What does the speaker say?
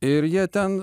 ir jie ten